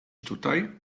tutaj